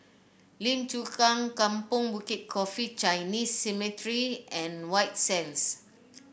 Lim Chu Kang Kampong Bukit Coffee Chinese Cemetery and White Sands